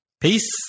Peace